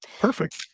Perfect